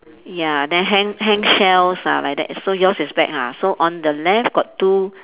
ya then hang hang shells ah like that so yours is bag ah so on the left got two